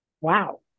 wow